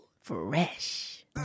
fresh